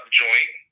joint